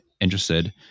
interested